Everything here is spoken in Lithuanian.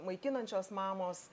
maitinančios mamos